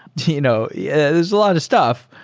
you know yeah there's a lot of stuff.